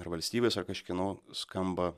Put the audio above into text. ar valstybės ar kažkieno skamba